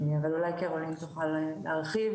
וזה צריך להיות מתוקצב.